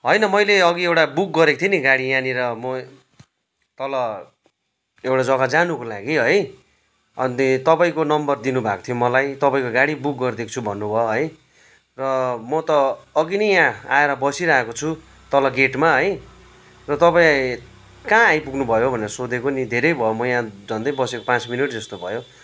होइन मैले अघि एउटा बुक गरेको थिएँ नि गाडी यहाँनिर म तल एउटा जग्गा जानुको लागि है अन्त तपाईँको नम्बर दिनु भएको थियो मलाई तपाईँको गाडी बुक गरिदिएको छु भन्नुभयो है र म त अघि नै यहाँ आएर बसिरहेको छु तल गेटमा है र तपाईँ कहाँ आइपुग्नु भयो भनेर सोधेको नि धेरै भयो म यहाँ झन्डै बसेको पाँच मिनट जस्तो भयो